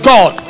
God